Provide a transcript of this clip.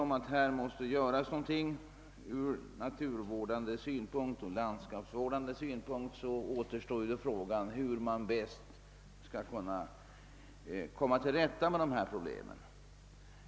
Om vi alltså är ense om att naturoch landskapsvårdande åtgärder måste vidtagas, så är frågan hur vi bäst skall komma till rätta med problemen.